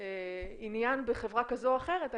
עניין בחברה כזו או אחרת,